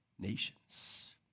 nations